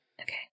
Okay